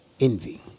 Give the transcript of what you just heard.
envy